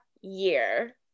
year